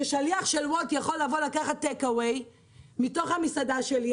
שליח של וולט יכול לבוא ולקחת טייק אווי מתוך המסעדה שלי,